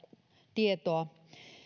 tietoa